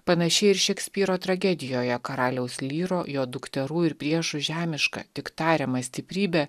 panaši ir šekspyro tragedijoje karaliaus lyro jo dukterų ir priešų žemišką tik tariamą stiprybę